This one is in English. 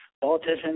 politicians